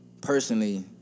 personally